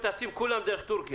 שאלת שאלה, הוא נתן לך תשובה.